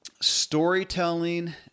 Storytelling